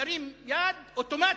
ירים יד אוטומטית.